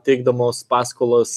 teikdamos paskolas